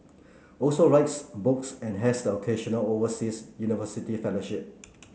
also writes books and has the occasional overseas university fellowship